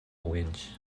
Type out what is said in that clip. winch